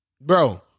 Bro